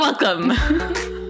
welcome